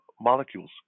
molecules